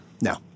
no